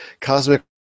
Cosmic